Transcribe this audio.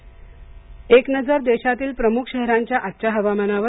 हवामान एक नजर देशातील प्रमुख शहरांच्या आजच्या हवामानावर